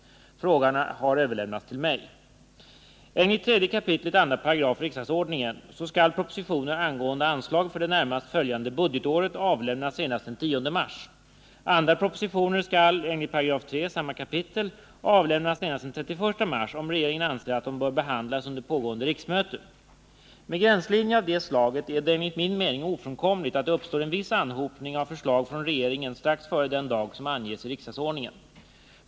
Frågan har överlämnats till mig. Enligt 3 kap. 2 § RO skall propositioner angående anslag för det närmast följande budgetåret avlämnas senast den 10 mars. Andra propositioner skall enligt 3 § samma kapitel avlämnas senast den 31 mars om regeringen anser att de bör behandlas under pågående riksmöte. Med gränslinjer av detta slag är det enligt min mening ofrånkomligt att det uppstår en viss anhopning av förslag från regeringen strax före den dag som anges i riksdagsordningen.